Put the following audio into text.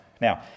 Now